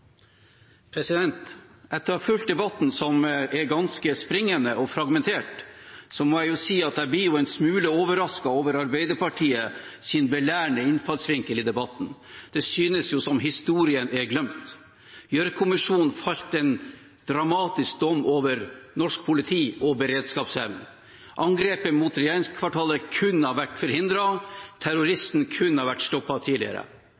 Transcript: ganske springende og fragmentert, må jeg si at jeg blir en smule overrasket over Arbeiderpartiets belærende innfallsvinkel i debatten. Det synes som om historien er glemt. Gjørv-kommisjonen felte en dramatisk dom over norsk politi og beredskapsevnen. Angrepet mot regjeringskvartalet kunne ha vært forhindret, terroristen kunne ha vært stoppet tidligere.